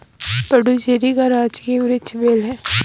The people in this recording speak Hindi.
पुडुचेरी का राजकीय वृक्ष बेल है